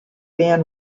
band